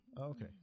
okay